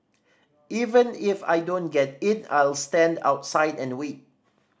even if I don't get in I'll stand outside and wait